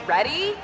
Ready